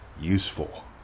useful